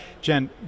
Jen